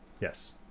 Yes